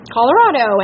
Colorado